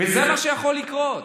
זה מה שיכול לקרות.